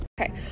okay